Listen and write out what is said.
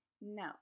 no